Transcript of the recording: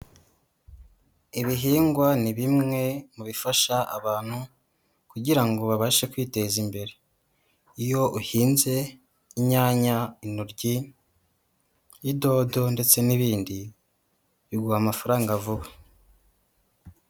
Ibihingwa ni bimwe mu bifasha abantu kugira ngo babashe kwiteza imbere, iyo uhinze inyanya, intoryi, idodo ndetse n'ibindi biguha amafaranga vuba.